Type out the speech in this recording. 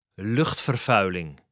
Luchtvervuiling